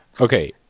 okay